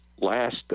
last